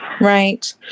Right